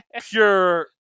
pure